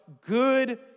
good